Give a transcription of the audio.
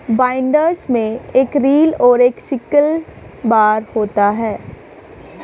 binders में एक reel और एक सिकल बार होता है